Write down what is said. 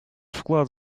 вклад